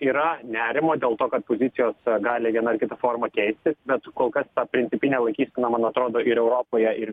yra nerimo dėl to kad pozicijos gali viena ar kita forma keistis bet kol kas ta principinė laikysena man atrodo ir europoje ir